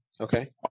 Okay